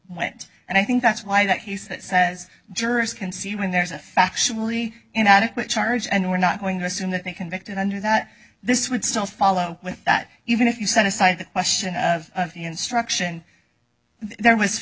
went and i think that's why that he says jurors can see when there's a factually inadequate charge and we're not going to assume that they convicted under that this would still follow with that even if you set aside the question of the instruction there was